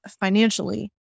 financially